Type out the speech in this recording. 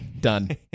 done